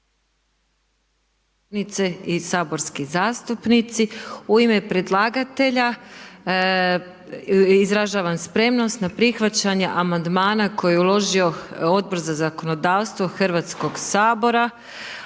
u ime predlagatelja izražavam spremnost na prihvaćanje Amandmana koji je uložio Odbor za zakonodavstvo HS-a, a na